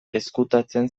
ezkutatzen